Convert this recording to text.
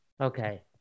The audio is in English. Okay